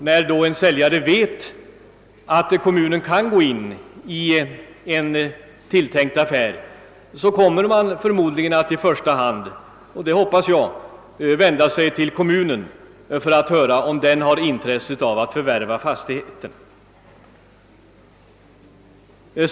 När säljaren vet att kommunen har möjlighet att gå in i en tilltänkt affär, kommer han förmodligen i första hand, vilket jag hoppas, att vända sig till kommunen för att höra efter om den har intresse av att förvärva fastigheten.